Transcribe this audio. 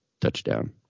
touchdown